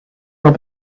will